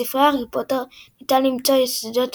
בספרי "הארי פוטר" ניתן למצוא יסודות